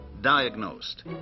diagnosed